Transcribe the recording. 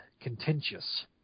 contentious